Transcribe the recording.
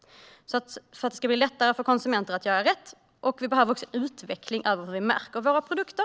Det ska bli lättare för konsumenter att göra rätt. Vi behöver också en utveckling av hur vi märker våra produkter.